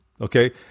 Okay